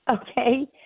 Okay